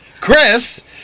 Chris